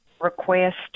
request